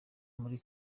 muri